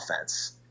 offense